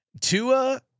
Tua